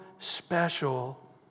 Special